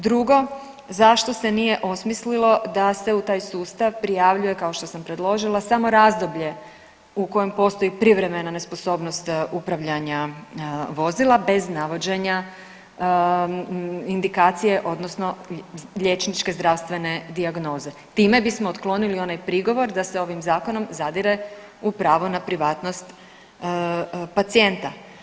Drugo, zašto se nije osmislilo da se u taj sustav prijavljuje kao što sam predložila samo razdoblje u kojem postoji privremena nesposobnost upravljanja vozila bez navođenja indikacije odnosno liječničke zdravstvene dijagnoze, time bismo otklonili onaj prigovor da se ovim zakonom zadire u pravo na privatnost pacijenta.